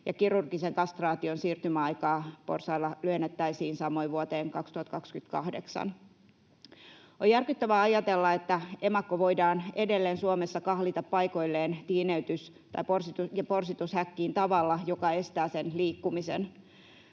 kirurgisen kastraation siirtymäaikaa porsailla lyhennettäisiin samoin vuoteen 2028. On järkyttävää ajatella, että emakko voidaan edelleen Suomessa kahlita paikoilleen tiineytys‑ ja porsitushäkkiin tavalla, joka estää sen liikkumisen.